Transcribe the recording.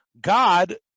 God